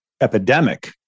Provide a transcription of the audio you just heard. epidemic